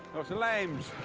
of lambs.